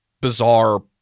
bizarre